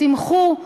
תמחו,